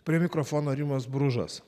prie mikrofono rimas bružas